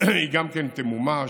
גם היא תמומש,